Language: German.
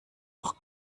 noch